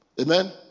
Amen